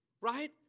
right